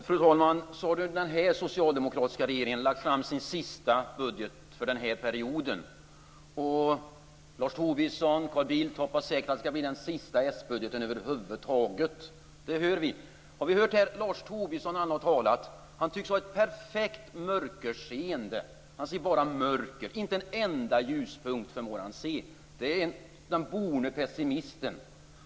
Fru talman! Så har den här socialdemokratiska regeringen lagt fram sin sista budget för den här perioden. Lars Tobisson och Carl Bildt hoppas säkert att det skall bli den sista s-budgeten över huvud taget - det hör vi. Vi har hört Lars Tobisson när han har talat här. Han tycks ha ett perfekt mörkerseende - han ser bara mörker. Inte en enda ljuspunkt förmår han se. Han är den borne pessimisten.